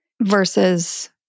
versus